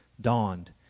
dawned